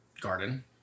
garden